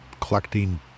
collecting